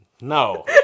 No